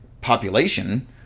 population